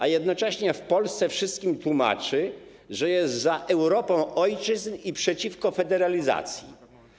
A jednocześnie w Polsce wszystkim tłumaczy, że jest za Europą ojczyzn i przeciwko federalizacji.